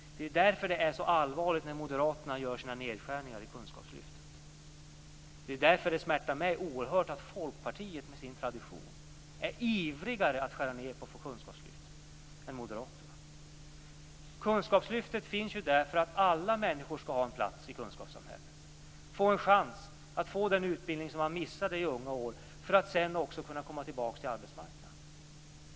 Det är därför det är så allvarligt när Moderaterna gör sina nedskärningar i kunskapslyftet. Det är därför det smärtar mig oerhört att Folkpartiet, med sin tradition, är ivrigare att skära ned på kunskapslyftet än Kunskapslyftet finns ju därför att alla människor skall ha en plats i kunskapssamhället, få en chans till den utbildning man missade i unga år för att sedan också komma tillbaka till arbetsmarknaden.